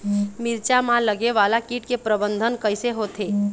मिरचा मा लगे वाला कीट के प्रबंधन कइसे होथे?